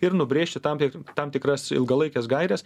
ir nubrėžti tam tik tam tikras ilgalaikes gaires